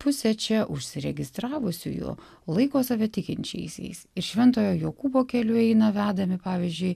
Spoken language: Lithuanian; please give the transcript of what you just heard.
pusė čia užsiregistravusiųjų laiko save tikinčiaisiais ir šventojo jokūbo keliu eina vedami pavyzdžiui